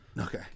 Okay